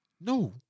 no